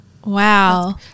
Wow